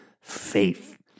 faith